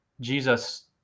jesus